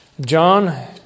John